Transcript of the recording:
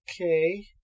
Okay